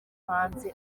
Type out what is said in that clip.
hanze